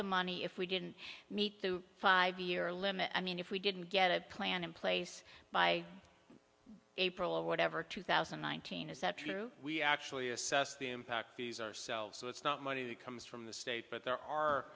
the money if we didn't meet the five year limit i mean if we didn't get a plan in place by april or whatever two thousand and nineteen is that true we actually assess the impact of selves so it's not money that comes from the state but there